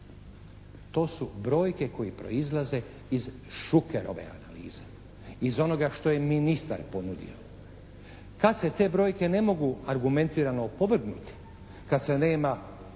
To su brojke koje proizlaze iz Šukerove analize. Iz onoga što je ministar ponudio. Kad se te brojke ne mogu argumentirano opovrgnuti, kad se nema